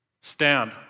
stand